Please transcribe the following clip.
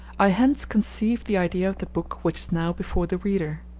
i hence conceived the idea of the book which is now before the reader.